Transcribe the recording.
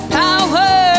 power